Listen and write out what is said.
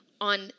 on